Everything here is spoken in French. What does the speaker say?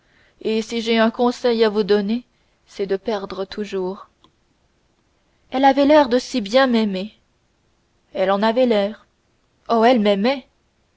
et si j'ai un conseil à vous donner c'est de perdre toujours elle avait l'air de si bien m'aimer elle en avait l'air oh elle m'aimait